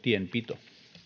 tienpito